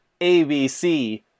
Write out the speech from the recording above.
ABC